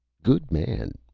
good man!